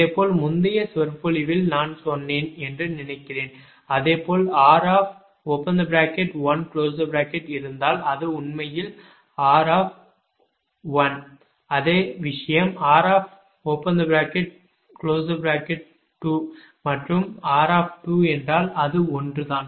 இதேபோல் முந்தைய சொற்பொழிவில் நான் சொன்னேன் என்று நினைக்கிறேன் அதேபோல் r இருந்தால் அது உண்மையில் r அதே விஷயம் r மற்றும் r என்றால் அது ஒன்றுதான்